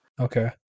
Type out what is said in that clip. Okay